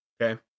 okay